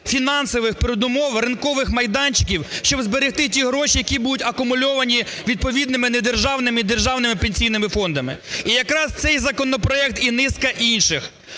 фінансових передумов, ринкових майданчиків, щоб зберегти ті гроші, які будуть акумульовані відповідними недержавними і державними пенсійними фондами. І якраз цей законопроект і низка інших